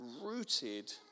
rooted